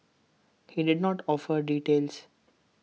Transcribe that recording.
he did not offer details